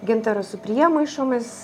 gintarą su priemaišomis